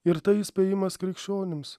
ir tai įspėjimas krikščionims